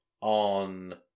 on